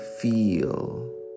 feel